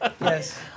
Yes